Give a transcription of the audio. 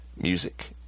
music